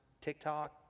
TikTok